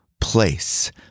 place